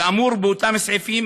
כאמור באותם סעיפים,